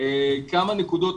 כמה נקודות,